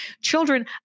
children